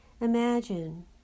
Imagine